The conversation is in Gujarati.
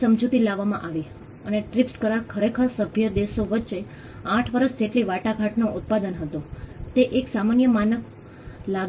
પણ કામ કરીએ છીએ અને સમુદાયને સર્વેની ભૂમિકા અને ઉદ્દેશ સમજાવી અને રજૂ કરીશું